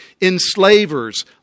enslavers